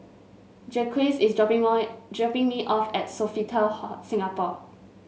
Jaquez is dropping dropping me off at Sofitel Hall Singapore